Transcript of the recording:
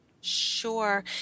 Sure